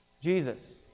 Jesus